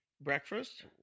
breakfast